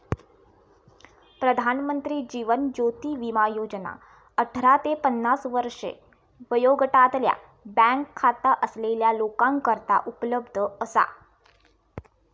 प्रधानमंत्री जीवन ज्योती विमा योजना अठरा ते पन्नास वर्षे वयोगटातल्या बँक खाता असलेल्या लोकांकरता उपलब्ध असा